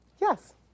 Yes